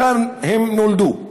כאן הם נולדו.